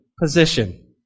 position